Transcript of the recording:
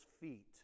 feet